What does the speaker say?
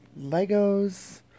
Legos